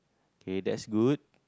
okay that's good